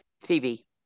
Phoebe